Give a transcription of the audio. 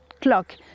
clock